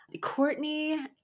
Courtney